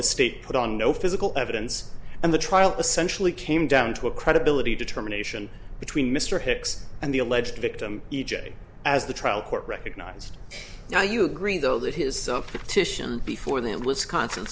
the state put on no physical evidence and the trial essentially came down to a credibility determination between mr hicks and the alleged victim e j as the trial court recognized now you agree though that his son petitioned before them wisconsin